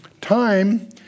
Time